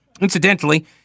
Incidentally